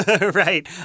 Right